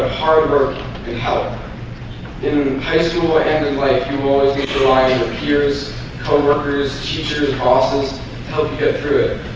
hard work and help in high school and in life you always leave your lion appears coworkers teachers ausa's help you get through it